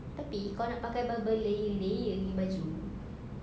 tapi kalau nak pakai berapa layer layer ini baju